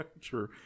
True